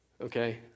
okay